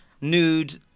nude